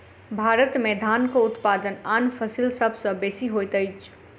भारत में धानक उत्पादन आन फसिल सभ सॅ बेसी होइत अछि